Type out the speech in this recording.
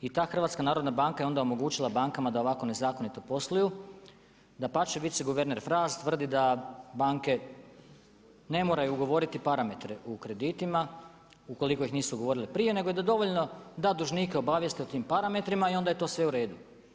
I ta HNB je onda omogućila bankama da ovako nezakonito posluju, dapače, viceguverner Fras tvrdi da banke ne moraju ugovoriti parametre u kreditima ukoliko ih nisu ugovorile prije nego je dovoljno da dužnike obavijeste o tim parametrima i onda je to sve u redu.